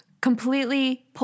completely